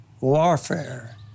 warfare